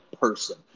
person